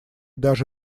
даже